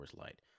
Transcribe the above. Light